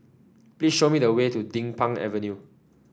please show me the way to Din Pang Avenue